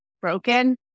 broken